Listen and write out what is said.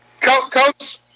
Coach